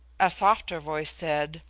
a softer voice said,